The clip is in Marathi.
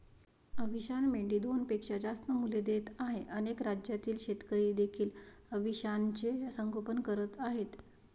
अविशान मेंढी दोनपेक्षा जास्त मुले देत आहे अनेक राज्यातील शेतकरी देखील अविशानचे संगोपन करत आहेत